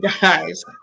guys